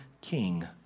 king